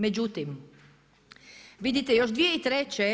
Međutim, vidite još 2003.